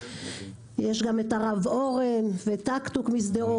יש גם את הרב אורן וטקטוק משדרות,